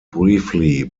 briefly